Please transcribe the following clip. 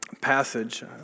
passage